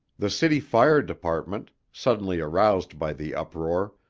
the city fire department, suddenly aroused by the uproar,